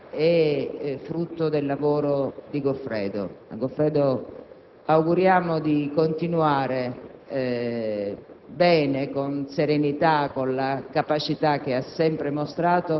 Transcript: organizzare il confronto e l'ascolto con gli altri interlocutori.